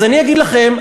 אז אני אגיד לכם,